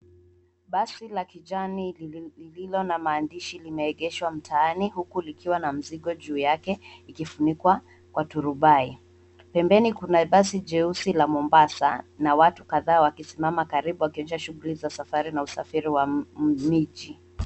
Basi la kijani lililo na maandishi limeegeshwa mtaani huku likiwa na mzigo juu yake ikifunikwa kwa turubai. Pembeni kuna basi jeusi la Mombasa na watu kadhaa wakisimama karibu wakionyesha shughuli za safari na usafiri wa miji.